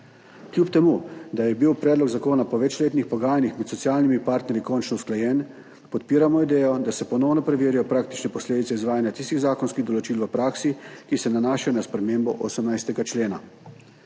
Kljub temu da je bil predlog zakona po večletnih pogajanjih med socialnimi partnerji končno usklajen, podpiramo idejo, da se ponovno preverijo praktične posledice izvajanja tistih zakonskih določil v praksi, ki se nanašajo na spremembo 18. člena.